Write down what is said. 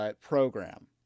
program